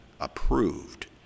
approved